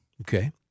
Okay